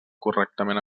correctament